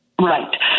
Right